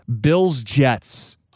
Bills-Jets